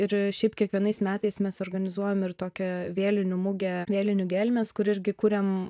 ir šiaip kiekvienais metais mes organizuojam ir tokią vėlinių mugę vėlinių gelmės kur irgi kuriam